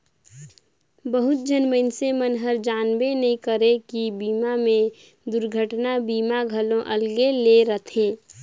बहुत झन मइनसे मन हर जानबे नइ करे की बीमा मे दुरघटना बीमा घलो अलगे ले रथे